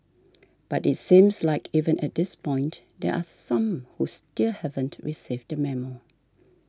but it seems like even at this point there are some who still haven't received the memo